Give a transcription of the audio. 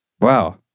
Wow